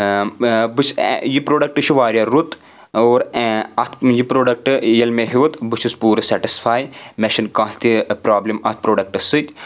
یہِ پرٛوڈکٹ چھُ واریاہ رُت اور اَتھ یہِ پرٛوڈکٹ ییٚلہِ مےٚ ہیوٚت بہٕ چھُس پوٗرٕ سیٹٕسفاے مےٚ چھُنہٕ کانٛہہ تہِ پرابلِم اَتھ پرٛوڈکٹَس سۭتۍ